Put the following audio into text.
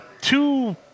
two